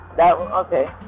Okay